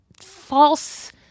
false